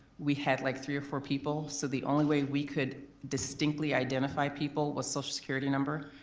we had like three or four people. so the only way we could distinctly identify people was social security number